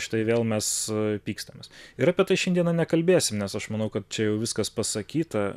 štai vėl mes pykstamės ir apie tai šiandieną nekalbėsim nes aš manau kad čia jau viskas pasakyta